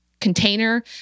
container